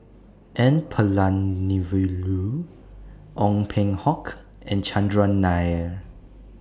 N Palanivelu Ong Peng Hock and Chandran Nair